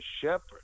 shepherd